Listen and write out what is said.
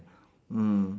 mm